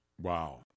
Wow